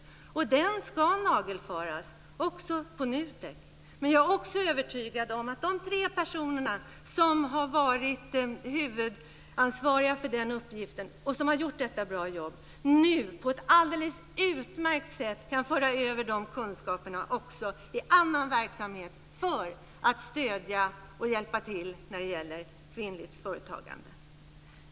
Och den ska nagelfaras, också på NUTEK, men jag är också övertygad om att de tre personer som har varit huvudansvariga för denna uppgift och som har gjort detta jobb så bra nu på ett alldeles utmärkt sätt kan föra över de kunskaperna också i annan verksamhet för att stödja och hjälpa till när det gäller kvinnligt företagande.